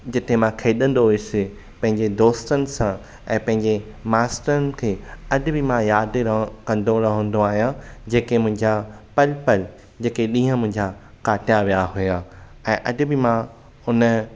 जिथे मां खेॾंदो हुयुसि पंहिंजे दोस्तनि सां ऐं पंहिंजे मास्टरनि खे अॼु बि मां यादि रहो कंदो रहंदो आहियां जेके मुंहिंजा पल पल जेके ॾींहं मुंहिंजा कटिया विया हुआ ऐं अॼु बि मां हुन